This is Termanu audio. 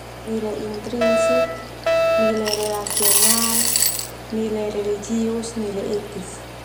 Nilai intrinsik, nilai relasional, nilai religius, nilai etis.